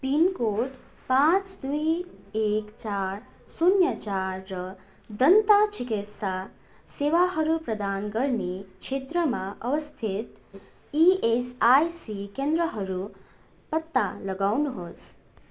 pin code पाँच दुई एक चार शून्य चार र दन्तचिकित्सा सेवाहरू प्रदान गर्ने क्षेत्रमा अवस्थित इएसआइसी केन्द्रहरू पत्ता लगाउनुहोस्